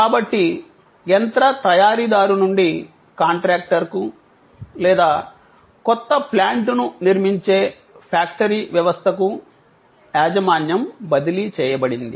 కాబట్టి యంత్ర తయారీదారు నుండి కాంట్రాక్టర్కు లేదా కొత్త ప్లాంటును నిర్మించే ఫ్యాక్టరీ వ్యవస్థకు యాజమాన్యం బదిలీ చేయబడింది